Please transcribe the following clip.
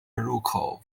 入口